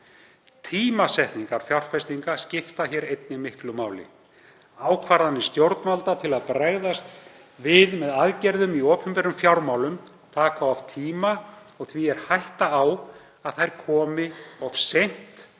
Tímasetningar fjárfestinga skipta hér einnig miklu máli. Ákvarðanir stjórnvalda til að bregðast við með aðgerðum í opinberum fjármálum taka oft tíma og því er hætta á að þær komi of seint og